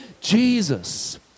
Jesus